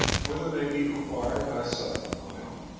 whether they be acquired by self-denial,